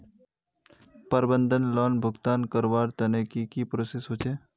प्रबंधन लोन भुगतान करवार तने की की प्रोसेस होचे?